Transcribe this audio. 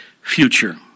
future